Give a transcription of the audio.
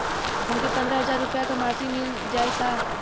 हमके पन्द्रह हजार रूपया क मासिक मिल जाई का?